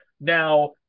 Now